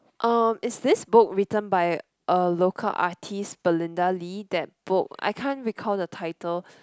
uh is this book written by a local artiste Belinda-Lee that book I can't recall the title